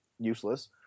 useless